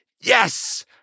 yes